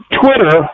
Twitter